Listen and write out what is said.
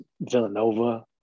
Villanova